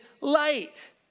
light